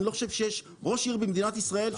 אני לא חושב שיש ראש עיר במדינת ישראל,